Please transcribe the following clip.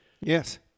Yes